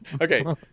Okay